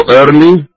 early